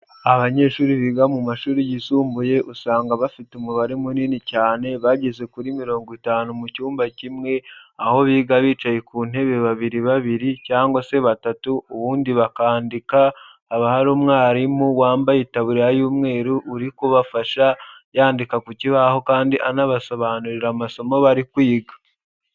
Abanyeshuri biga mu mashuri yisumbuye usanga bafite umubare munini cyane bageze kuri mirongo itanu mu cyumba kimwe aho biga bicaye ku ntebe babiri babiri cyangwa se batatu ubundi bakandika, haba hari umwarimu wambaye itaburiya y'umweru uri kubafasha yandika ku kibaho kandi anabasobanurira amasomo bari kwiga.